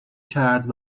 کرد